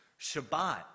Shabbat